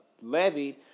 levied